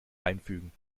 einfügen